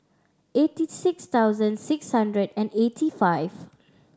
eighty six thousand six hundred and eighty five